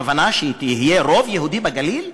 הכוונה שיהיה רוב יהודי בגליל?